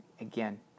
again